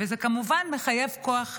וזה כמובן מחייב כוח אדם,